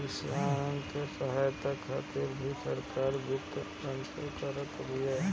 किसानन के सहायता खातिर भी सरकार वित्त आवंटित करत बिया